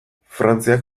frantziak